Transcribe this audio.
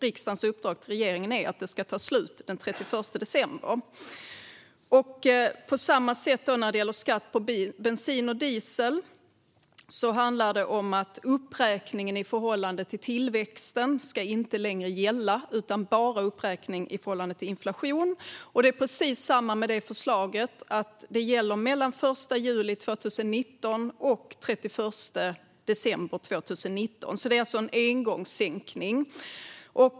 Riksdagens uppdrag till regeringen är alltså att det ska ta slut den 31 december. På samma sätt, när det gäller skatt på bensin och diesel, handlar det om att uppräkning i förhållande till tillväxt inte längre ska gälla, utan bara uppräkning i förhållande till inflation. Det är precis samma sak med detta förslag; det gäller mellan den 1 juli 2019 och den 31 december 2019. Det är alltså en engångssänkning.